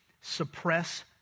suppress